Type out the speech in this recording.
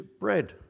bread